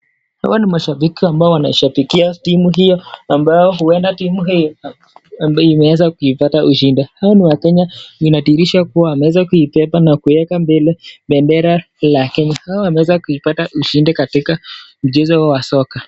Hawa ni mashabiki ambao wanashabikia timu hiyo ambayo huenda timu hii wameweza kuipata ushindi. Hawa ni wakenya, inadhihirisha kuwa wameweza kuibeba na kuiweka mbele bendera la Kenya. Hawa wameweza kuipata ushindi katika mchezo huo wa soka.